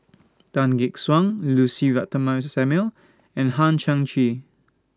Tan Gek Suan Lucy Ratnammah Samuel and Hang Chang Chieh